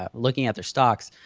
um looking at their stocks,